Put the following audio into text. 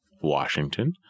Washington